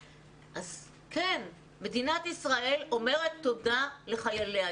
כן, מדינת ישראל אומרת תודה לחייליה.